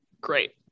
great